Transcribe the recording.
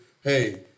hey